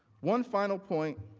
one final point,